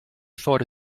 thought